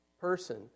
person